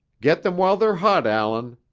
get them while they're hot, allan.